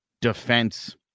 defense